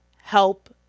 help